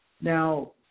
Now